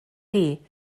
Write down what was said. chi